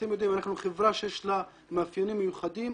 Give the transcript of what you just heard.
אנחנו חברה שיש לה מאפיינים מיוחדים.